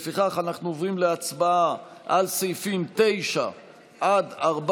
לפיכך אנחנו עוברים להצבעה על סעיפים 9 14,